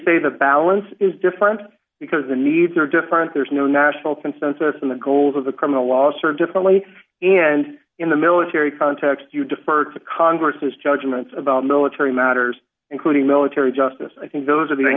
say the balance is different because the needs are different there's no national consensus in the goals of the criminal law search differently and in the military context you defer to congress judgments about military matters including military justice i think those are the only